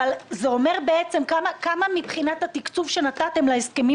אבל זה אומר כמה מבחינת התקצוב שנתתם להסכמים